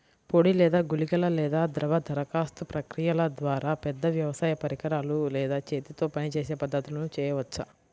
పొడి లేదా గుళికల లేదా ద్రవ దరఖాస్తు ప్రక్రియల ద్వారా, పెద్ద వ్యవసాయ పరికరాలు లేదా చేతితో పనిచేసే పద్ధతులను చేయవచ్చా?